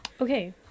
Okay